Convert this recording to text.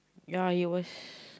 ya it was